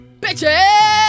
bitches